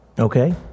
Okay